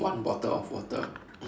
one bottle of water